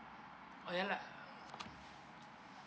oh ya lah